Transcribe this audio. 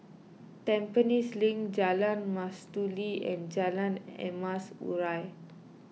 Tampines Link Jalan Mastuli and Jalan Emas Urai